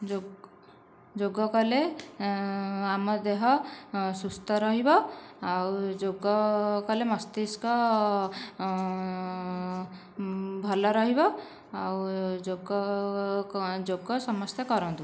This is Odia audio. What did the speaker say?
ଯୋଗ ଯୋଗ କଲେ ଆମ ଦେହ ସୁସ୍ଥ ରହିବ ଆଉ ଯୋଗ କଲେ ମସ୍ତିସ୍କ ଭଲ ରହିବ ଆଉ ଯୋଗ ଯୋଗ ସମସ୍ତେ କରନ୍ତୁ